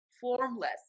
formless